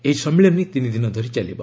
ଏହି ସମ୍ମିଳନୀ ତିନିଦିନ ଧରି ଚାଲିବ